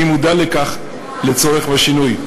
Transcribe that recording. אני מודע לצורך בשינוי,